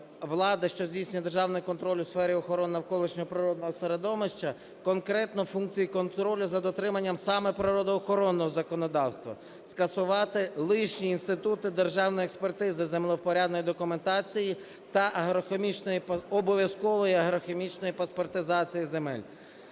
що здійснює державний контроль у сфері охорони навколишнього природного середовища, конкретно функції контролю за дотриманням саме природоохоронного законодавства. Скасувати лишні інститути державної експертизи землевпорядної документації та обов'язкової агрохімічної паспортизації земель.